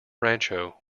rancho